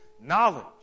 knowledge